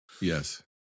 yes